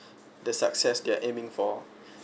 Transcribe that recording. the success they are aiming for